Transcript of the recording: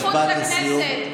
מחוץ לכנסת,